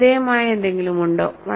ശ്രദ്ധേയമായ എന്തെങ്കിലും ഉണ്ടോ